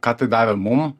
ką tai davė mum